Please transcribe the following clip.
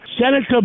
Senator